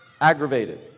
aggravated